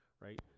right